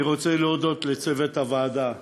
אני רוצה להודות לצוות הוועדה,